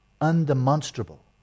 undemonstrable